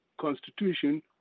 constitution